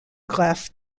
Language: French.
greffe